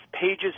pages